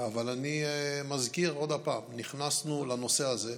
אבל אני מזכיר עוד פעם: נכנסנו לנושא הזה,